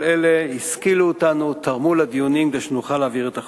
כל אלה השכילו אותנו ותרמו לדיונים כדי שנוכל להעביר את החוק.